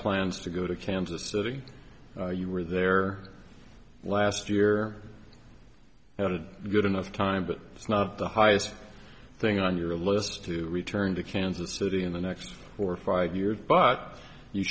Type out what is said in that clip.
plans to go to kansas city you were there last year had a good enough time but it's not the highest thing on your list to return to kansas city in the next four five years but you